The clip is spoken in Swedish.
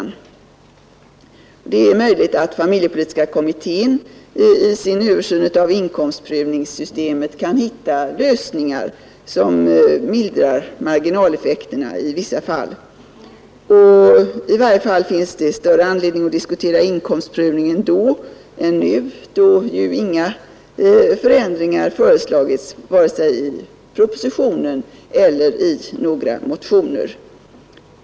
Det är möjligt att familjepolitiska kommittén i sin översyn av inkomstprövningssystemet kan hitta lösningar som mildrar marginaleffekterna i vissa fall. Under alla förhållanden finns det större anledning att diskutera inkomstprövningen då än nu, eftersom inga förändringar föreslagits vare sig i propositionen eller i några motioner.